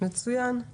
כאמור,